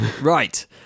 right